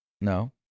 No